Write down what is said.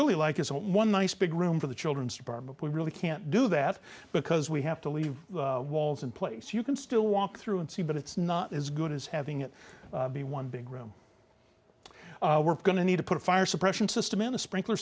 really like is one nice big room for the children's bar but we really can't do that because we have to leave walls in place you can still walk through and see but it's not as good as having it be one big room we're going to need to put a fire suppression system in a sprinkler